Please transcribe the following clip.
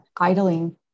idling